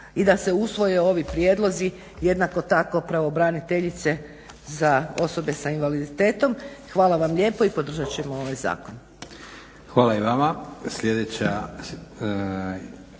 i da se usvoje ovi prijedlozi jednako tako pravobraniteljice za osobe sa invaliditetom. Hvala lijepo i podržat ćemo ovaj zakon. **Leko, Josip (SDP)**